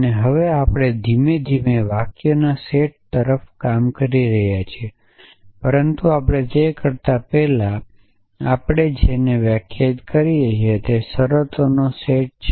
અને હવે આપણે ધીમે ધીમે વાક્યના સેટ તરફ કામ કરી રહ્યા છીએ પરંતુ આપણે તે કરતા પહેલા આપણે જેને વ્યાખ્યાયિત કરીએ છીએ તે શરતોનો સેટ છે